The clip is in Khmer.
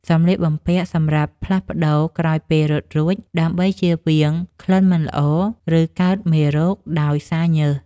សម្លៀកបំពាក់សម្រាប់ផ្លាស់ប្តូរក្រោយពេលរត់រួច ដើម្បីជៀសវាងក្លិនមិនល្អ ឬ កើតមេរោគដោយសារញើស។